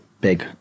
big